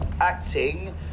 acting